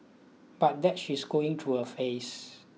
but that she's going through a phase